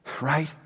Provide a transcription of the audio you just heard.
right